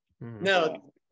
No